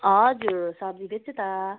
हजुर सम्झिँदैछु त